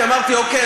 כי אמרתי: אוקיי,